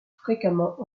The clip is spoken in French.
fréquemment